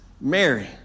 Mary